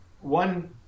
one